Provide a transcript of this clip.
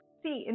see